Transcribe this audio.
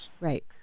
Right